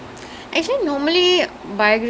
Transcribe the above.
because like ya